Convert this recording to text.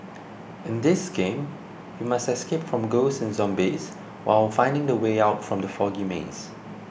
in this game you must escape from ghosts and zombies while finding the way out from the foggy maze